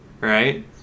right